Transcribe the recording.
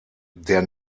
der